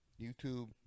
YouTube